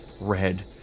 red